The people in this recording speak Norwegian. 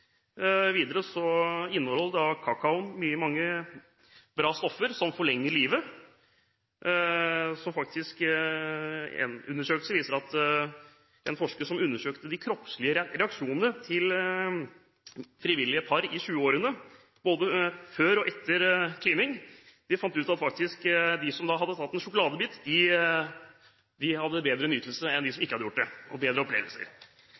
mange bra stoffer som forlenger livet. I en undersøkelse undersøkte en forsker de kroppslige reaksjonene til frivillige par i 20-årene, både før og etter klining. De fant ut at de som hadde tatt en sjokoladebit, hadde bedre nytelse og bedre opplevelser enn de som